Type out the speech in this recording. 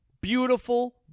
beautiful